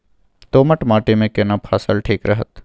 दोमट माटी मे केना फसल ठीक रहत?